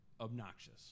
Obnoxious